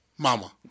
Mama